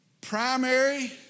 primary